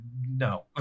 no